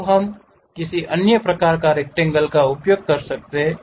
अब हम किसी अन्य प्रकार के रक्टैंगल का उपयोग कर सकते हैं